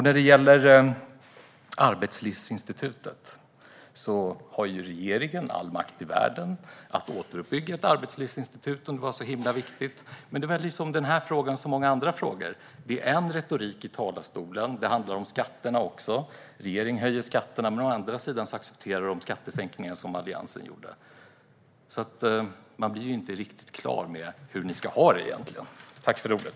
När det gäller Arbetslivsinstitutet har regeringen all makt i världen att återuppbygga det om det är så himla viktigt, men i denna som i så många andra frågor är det en retorik som bara hörs i talarstolen. Det gäller även skatterna: Regeringen höjer skatterna men accepterar å andra sidan de skattesänkningar som Alliansen gjorde. Man blir inte riktigt klar över hur ni egentligen ska ha det.